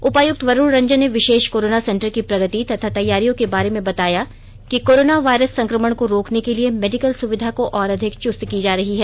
उपायुक्त वरूण रंजन ने विशेष कोरोनो सेंटर की प्रगति तथा तैयारियों के बारे में बताया कि कोरोना वायरस संक्रमण को रोकने के लिए मेडिकल सुविधा को और अधिक चुस्त की जा रही है